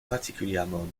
particulièrement